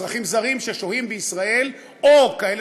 אזרחים זרים ששוהים בישראל או כאלה